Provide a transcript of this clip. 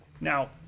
Now